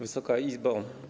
Wysoka Izbo!